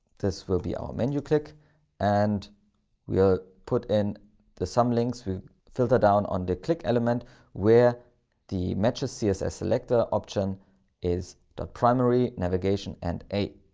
this will be our menu click and we'll put in the some links. we filter down on the click element where the matches css selector option is the primary navigation and eight.